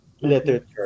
Literature